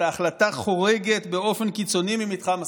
"ההחלטה חורגת באופן קיצוני במתחם הסבירות".